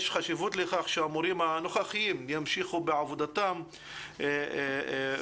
יש חשיבות לכך שהמורים הנוכחיים ימשיכו בעבודתם ולכן